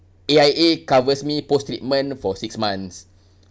A_I_A covers me post treatment for six months